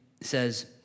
says